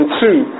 two